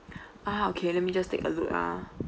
ah okay let me just take a look ah